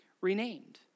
renamed